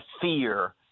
fear